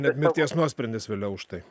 net mirties nuosprendis vėliau už tai